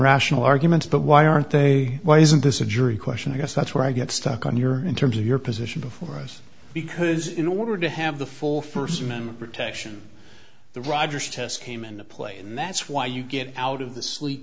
rational arguments but why aren't they why isn't this a jury question i guess that's where i get stuck on your in terms of your position before us because in order to have the full first amendment protection the rogers test came into play and that's why you get out of the sleep